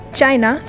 China